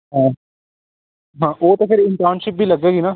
ਹਾਂ ਹਾਂ ਉਹ ਤਾਂ ਫਿਰ ਇੰਟਰਨਸ਼ਿਪ ਵੀ ਲੱਗੇਗੀ ਨਾ